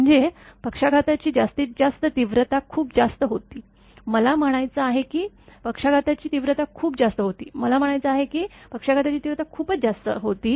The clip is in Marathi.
म्हणजे पक्षाघाताची जास्तीत जास्त तीव्रता खूप जास्त होती मला म्हणायचं आहे की पक्षाघाताची तीव्रता खूप जास्त होती मला म्हणायचं आहे की पक्षाघाताची तीव्रता खूप जास्त होती